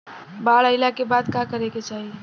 बाढ़ आइला के बाद का करे के चाही?